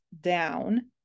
down